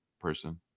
person